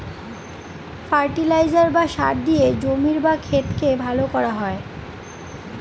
fertiliser বা সার দিয়ে জমির বা ক্ষেতকে ভালো করা হয়